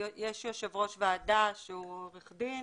יש יושב-ראש ועדה שהוא עורך-דין,